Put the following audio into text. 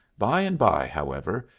by and by, however,